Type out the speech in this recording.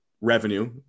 revenue